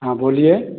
हाँ बोलिये